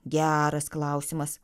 geras klausimas